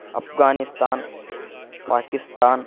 Afghanistan Pakistan